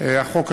החוק עצמו.